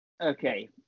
Okay